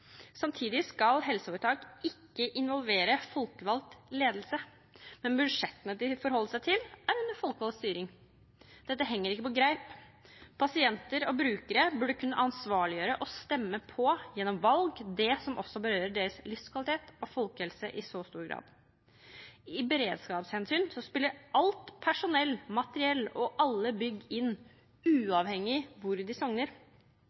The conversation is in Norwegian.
Samtidig skal helseforetak ikke involvere folkevalgt ledelse, men budsjettene de forholder seg til, er under folkevalgt styring. Dette henger ikke på greip. Pasienter og brukere burde kunne ansvarliggjøre og stemme – gjennom valg – når det gjelder det som berører deres livskvalitet og helse i så stor grad. Ved beredskapshensyn spiller alt personell, materiell og bygg inn